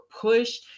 push